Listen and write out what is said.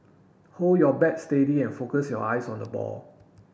hold your bat steady and focus your eyes on the ball